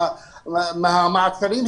מהמעצרים,